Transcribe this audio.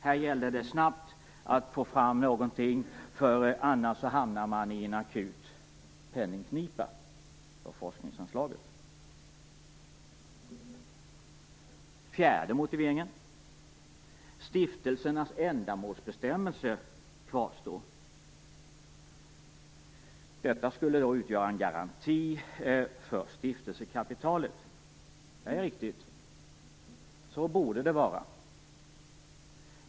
Här gällde det att snabbt få fram någonting, för annars skulle man hamna i en akut penningknipa vad gäller forskningsanslaget. Fjärde motiveringen är att stiftelsernas ändamålsbestämmelse kvarstår. Detta skulle utgöra en garanti för stiftelsekapitalet. Det är riktigt; så borde det vara.